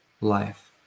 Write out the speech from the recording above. life